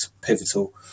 pivotal